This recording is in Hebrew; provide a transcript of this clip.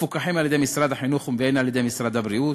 מפוקחים על-ידי משרד החינוך ועל-ידי משרד הבריאות,